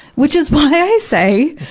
which is why i say,